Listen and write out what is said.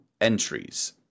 entries